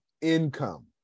income